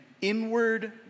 inward